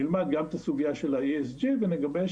נלמד גם את הסוגיה ה-ESG ונגבש